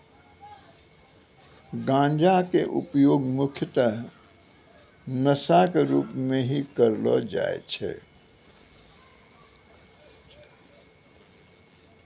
गांजा के उपयोग मुख्यतः नशा के रूप में हीं करलो जाय छै